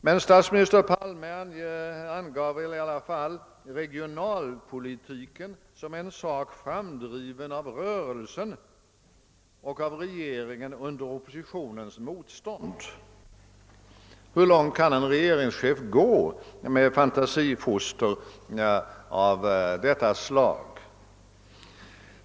Men statsminister Palme angav i alla fall regionalpolitiken som en sak framdriven av rörelsen och av regeringen under oppositionens motstånd. Hur långt kan egentligen en regeringschef gå med fantasifoster av detta slag?